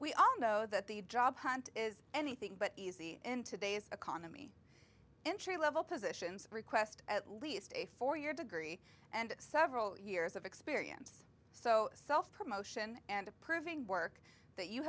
we all know that the job hunt is anything but easy in today's economy entry level positions request at least a four year degree and several years of experience so self promotion and approving work that you